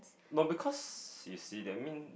no because you see that mean